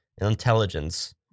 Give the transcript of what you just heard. intelligence